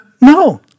no